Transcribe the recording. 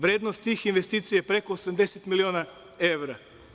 Vrednost tih investicija je preko 80 miliona evra.